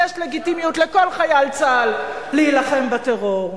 ויש לגיטימיות לכל חייל צה"ל להילחם בטרור.